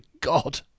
God